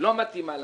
לא מתאימה לנו.